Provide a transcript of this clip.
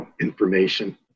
information